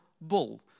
bull